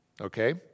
okay